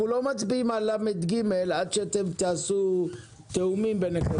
אנחנו לא מצביעים על סעיף 15לג עד שאתם תעשו תיאומים ביניכם.